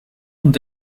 und